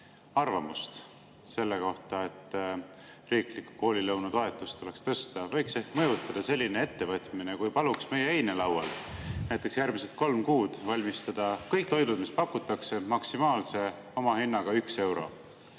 arvamust selle kohta, et riiklikku koolilõuna toetust tuleks tõsta, võiks ehk mõjutada selline ettevõtmine, kui paluks meie einelaual näiteks järgmised kolm kuud valmistada kõik toidud, mis pakutakse, maksimaalse omahinnaga üks euro